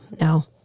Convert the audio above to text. No